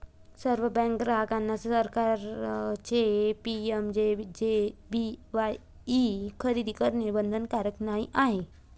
सर्व बँक ग्राहकांना सरकारचे पी.एम.जे.जे.बी.वाई खरेदी करणे बंधनकारक नाही आहे